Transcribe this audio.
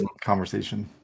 conversation